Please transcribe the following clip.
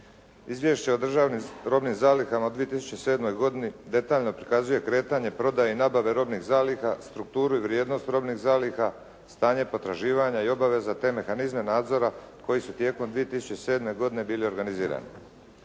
Izvješće o državnim robnim zalihama u 2007. godini detaljno prikazuje kretanje prodaje i nabave robnih zaliha, strukturu i vrijednost robnih zaliha, stanje potraživanja i obaveza te mehanizme nadzora koji su tijekom 2007. godine bili organizirani.